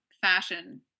fashion